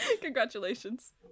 Congratulations